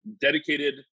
dedicated